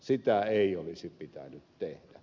sitä ei olisi pitänyt tehdä